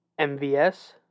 MVS